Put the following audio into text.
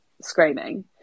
screaming